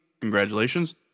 Congratulations